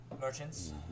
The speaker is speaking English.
Merchants